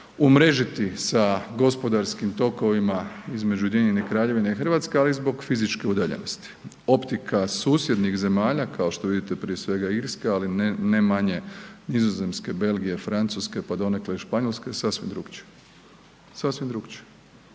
umrežiti sa gospodarskim tokovima između Ujedinjene Kraljevine i Hrvatske, ali i zbog fizičke udaljenosti. Optika susjednih zemalja kao što vidite prije svega Irske, ali ne manje Nizozemske, Belgije, Francuske pa donekle i Španjolske je sasvim drukčija.